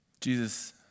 Jesus